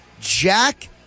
Jack